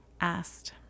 asked